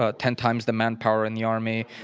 ah ten times the manpower in the army,